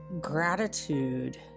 gratitude